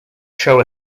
show